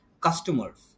customers